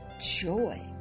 joy